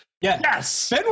yes